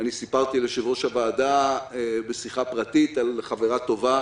סיפרתי ליושב-ראש הוועדה בשיחה פרטית על חברה טובה